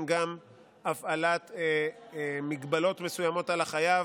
גם הפעלת הגבלות מסוימות על החייב,